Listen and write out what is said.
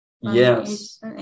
Yes